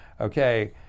Okay